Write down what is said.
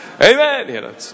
Amen